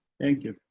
thank you.